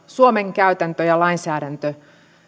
suomen käytäntö ja lainsäädäntö